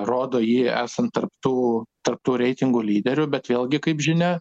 rodo jį esant tarp tų tarp tų reitingų lyderių bet vėlgi kaip žinia